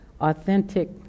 authentic